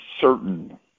certain